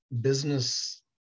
business